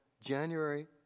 January